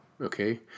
okay